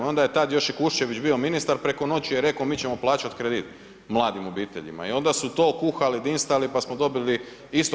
I onda je tad još i Kuščević bio ministar, preko noći je rekao mi ćemo plaćati kredit mladim obiteljima i onda su to kuhali, dinstali pa smo dobili isto.